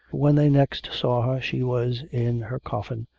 when they next saw her she was in her coffin.